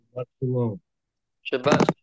Shabbat